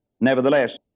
nevertheless